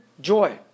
joy